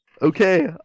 okay